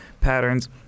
patterns